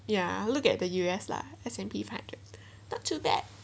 ya look at the U_S lah S_&_P five hundred not too bad